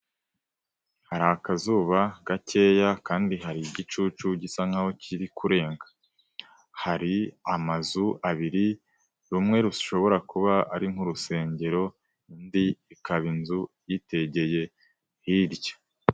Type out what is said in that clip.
Hari akazuba gakeya kandi hari igicucu gisa nkaho kiri kurenga, hari amazu abiri rumwe rushobora kuba ari nk'urusengero indi ikaba inzu yitegeye hirya.